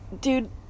dude